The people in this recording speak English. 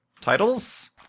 titles